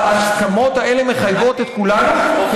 ההסכמות האלה מחייבות את כולנו,